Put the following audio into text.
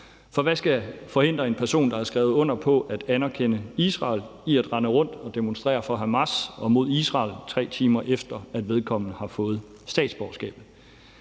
For hvad skal forhindre en person, der har skrevet under på at anerkende Israel, i at rende rundt og demonstrere for Hamas og mod Israel, 3 timer efter at vedkommende har fået statsborgerskabet?